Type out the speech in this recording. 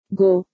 go